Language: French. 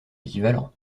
équivalent